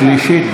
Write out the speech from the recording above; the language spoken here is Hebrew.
שלישית.